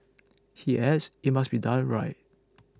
he adds it must be done right